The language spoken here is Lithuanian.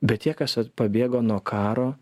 bet tie kas vat pabėgo nuo karo